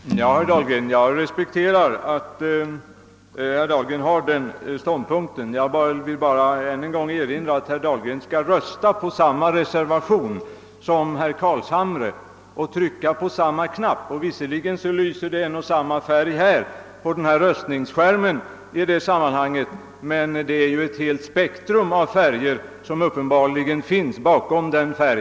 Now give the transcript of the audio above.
Herr talman! Jag respekterar att herr Dahlgren intar denna ståndpunkt. Jag vill bara än en gång erinra om att herr Dahlgren skall rösta för samma reservation som herr Carlshamre och trycka på en knapp som ger samma utslag. Visserligen visar era lampor då en och samma färg på voteringstablån, men det finns uppenbarligen ett helt spektrum av åsikter bakom denna färg.